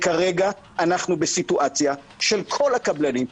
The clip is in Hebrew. כרגע אנחנו בסיטואציה של כל הקבלנים,